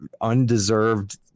undeserved